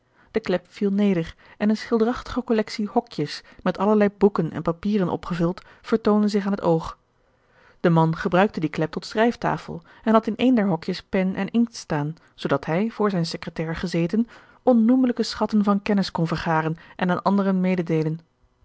de klep viel neder en eene schilderachtige collectie hokjes met allerlei boeken en papieren opgevuld vertoonde zich aan het oog de man gebruikte die klep tot schrijftafel en had in een der hokjes pen en inkt staan zoodat hij voor zijne secretaire gezeten onnoemelijke schatten van kennis kon vergaren en aan anderen mededeelen